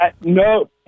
no